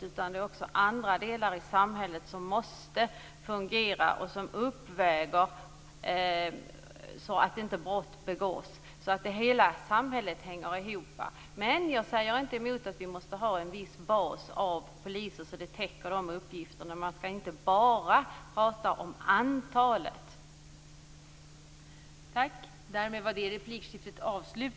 Det handlar också om att andra delar i samhället måste fungera så att inte brott begås. Hela samhället hänger ihop. Men jag säger inte emot att vi måste ha en viss bas av poliser, så att de täcker uppgifterna. Men man skall inte bara prata om antalet.